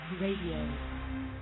Radio